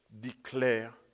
declare